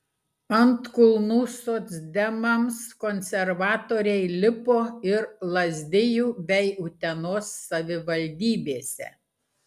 ant kulnų socdemams konservatoriai lipo ir lazdijų bei utenos savivaldybėse